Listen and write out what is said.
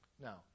Now